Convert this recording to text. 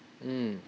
mm